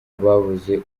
babuze